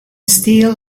steel